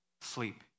sleep